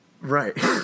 right